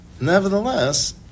nevertheless